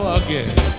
again